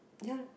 ya